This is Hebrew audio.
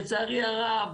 לצערי הרב,